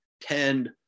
tend